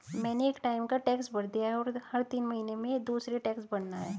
मैंने एक टाइम का टैक्स भर दिया है, और हर तीन महीने में दूसरे टैक्स भरना है